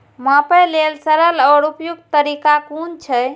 मापे लेल सरल आर उपयुक्त तरीका कुन छै?